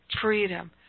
freedom